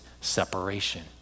separation